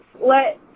let